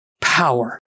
power